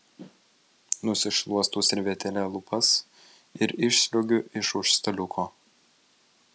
nusišluostau servetėle lūpas ir išsliuogiu iš už staliuko